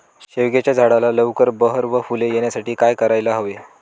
शेवग्याच्या झाडाला लवकर बहर व फूले येण्यासाठी काय करायला हवे?